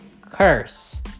curse